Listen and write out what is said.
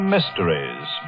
Mysteries